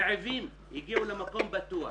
רעבים, למקום בטוח.